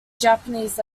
japanese